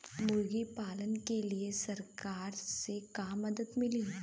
मुर्गी पालन के लीए सरकार से का मदद मिली?